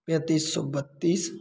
पैंतीस सौ बत्तीस